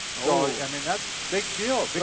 oh. i mean that's big deal, but